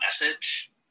message